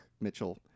Mitchell